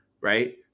right